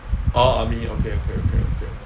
orh army okay okay okay okay